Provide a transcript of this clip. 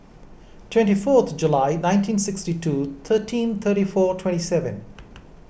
twenty fourth July nineteen sixty two thirteen thirty four twenty seven